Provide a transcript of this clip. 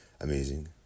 amazing